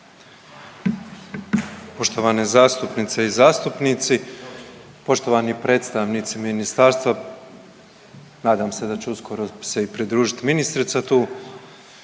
Poštovane zastupnice i zastupnici, poštovani predstavnici ministarstva, nadam se da će uskoro se i pridružit ministrica tu.